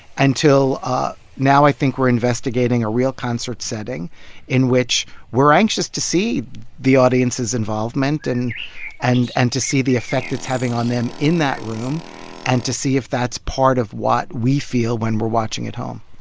until ah now i think we're investigating a real concert setting in which we're anxious to see the audience's involvement, and and and to see the effect it's having on them in that room and to see if that's part of what we feel when we're watching at home